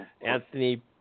Anthony